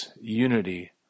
unity